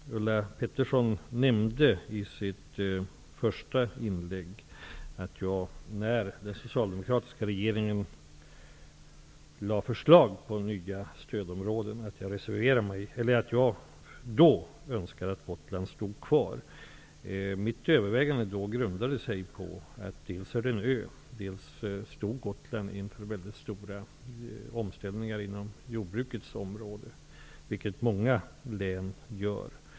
Ulla Pettersson nämnde i sitt första inlägg att jag önskade att Gotland skulle stå kvar när den socialdemokratiska regeringen lade fram förslag om nya stödområden. Mitt övervägande då grundade sig på att Gotland dels är en ö, dels stod inför stora omställningar inom jordbrukets område -- vilket många län gör.